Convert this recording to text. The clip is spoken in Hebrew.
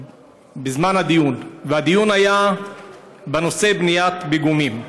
בזמן הדיון, והדיון היה בנושא בניית פיגומים.